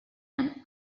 and